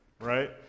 right